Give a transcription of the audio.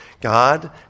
God